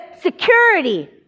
security